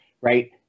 Right